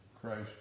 Christ